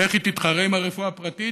איך היא תתחרה עם הרפואה הפרטית?